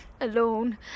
alone